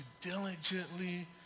diligently